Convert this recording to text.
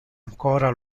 ancora